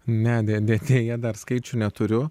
ne dar skaičių neturiu